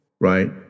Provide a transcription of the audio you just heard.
right